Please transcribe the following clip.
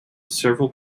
several